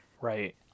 Right